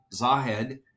Zahed